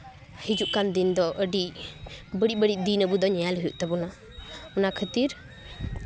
ᱦᱤᱡᱩᱜ ᱠᱟᱱ ᱫᱤᱱᱫᱚ ᱟᱹᱰᱤ ᱵᱟᱹᱲᱤᱡ ᱵᱟᱹᱲᱤᱡ ᱫᱤᱱ ᱟᱵᱚ ᱫᱚ ᱧᱮᱞ ᱦᱩᱭᱩᱜ ᱛᱟᱵᱳᱱᱟ ᱚᱱᱟ ᱠᱷᱟᱹᱛᱤᱨ